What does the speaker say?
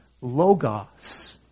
logos